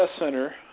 Center